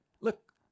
Look